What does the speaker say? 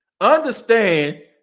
Understand